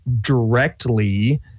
directly